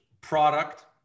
product